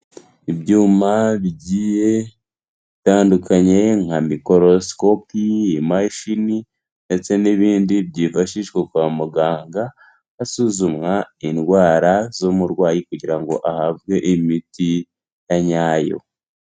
Ibyuma bigiye bitandukanye nka mikorosikopi, imashini ndetse n'ibindi byifashishwa kwa muganga, basuzumwa indwara z'umurwayi kugira ngo ahabwe imiti nyayo.